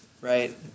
right